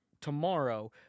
Tomorrow